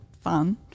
fun